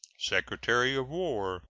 secretary of war.